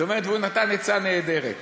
והוא נתן עצה נהדרת למשה.